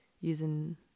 using